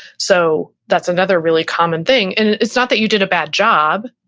so that's another really common thing. and it's not that you did a bad job,